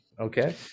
Okay